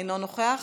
אינו נוכח,